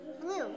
blue